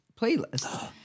playlist